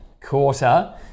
quarter